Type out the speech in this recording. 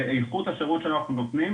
באיכות השירות שאנחנו נותנים.